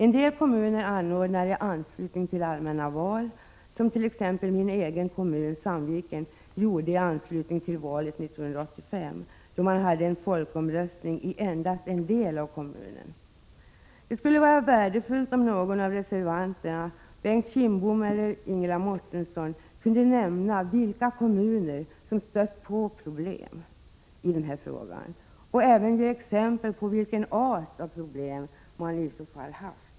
En del kommuner anordnar folkomröstningar i anslutning till allmänna val, vilket t.ex. min egen kommun, Sandviken, gjorde i anslutning till valet 1985, då man hade en folkomröstning i endast en del av kommunen. Det skulle vara värdefullt om någon av reservanterna, t.ex. Bengt Kindbom eller Ingela Mårtensson, kunde nämna vilka kommuner som stött på problem i den här frågan och även ge exempel på vilken art av problem de i så fall haft.